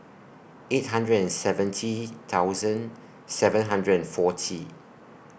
eight hundred and seventy thousand seven hundred and forty